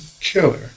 killer